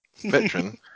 veteran